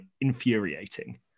infuriating